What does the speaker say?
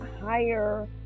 higher